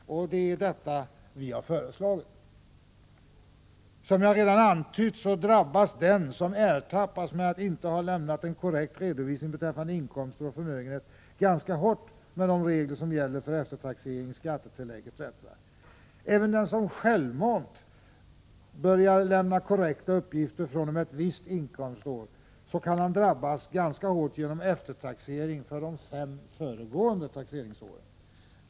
Det är också vad vi har föreslagit. Som jag redan har antytt drabbas den som ertappas med att inte ha lämnat en korrekt redovisning beträffande inkomster och förmögenhet ganska hårt genom de regler som gäller för eftertaxering, skattetillägg etc. Även den som självmant börjar lämna korrekta uppgifter fr.o.m. ett visst inkomstår kan drabbas ganska hårt genom eftertaxering för de fem föregående taxeringsåren.